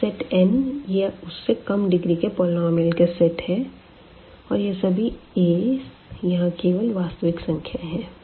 तो यह set n या उससे कम डिग्री के पॉलिनॉमियल का सेट और यह सभी a यहां केवल वास्तविक संख्याएँ है